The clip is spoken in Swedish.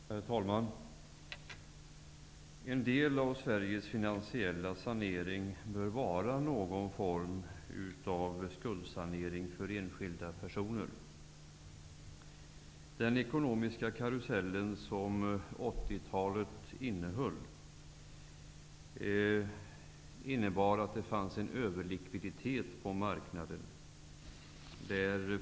Herr talman! En del av Sveriges finansiella sanering bör vara någon form av skuldsanering för enskilda personer. Den ekonomiska karusell som kännetecknade 80-talet berodde på att det fanns en överlikviditet på marknaden.